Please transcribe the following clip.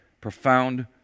profound